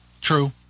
true